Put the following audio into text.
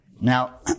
Now